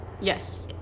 Yes